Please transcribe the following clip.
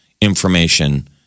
information